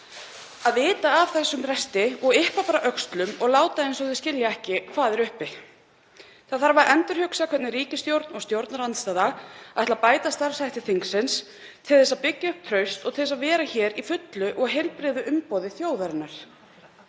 að vita af þessum bresti og yppta bara öxlum og láta eins og það skilji ekki hvað er uppi. Það þarf að endurhugsa hvernig ríkisstjórn og stjórnarandstaða ætla að bæta starfshætti þingsins til þess að byggja upp traust og til þess að vera hér í fullu og heilbrigðu umboði þjóðarinnar.